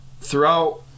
throughout